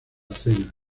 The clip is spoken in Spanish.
cena